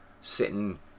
sitting